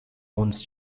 owns